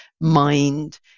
mind